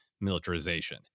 militarization